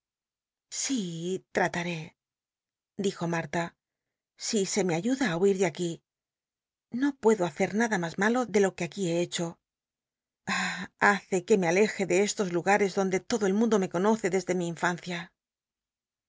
tmtaré dijo jarla si se me a yuda huir de aquí xo puedo hacer nada mas malo de lo que aqui he hecho i ah haced que me aleje de estos lugares donde lodo el mundo me conoce de de mi infancia